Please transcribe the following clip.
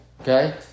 okay